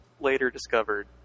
later-discovered